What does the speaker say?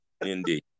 Indeed